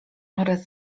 oraz